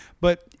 But-